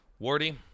Wardy